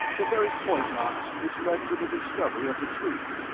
the very point, knox, which led to the discovery of the truth.